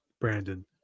Brandon